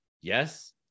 yes